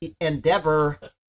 endeavor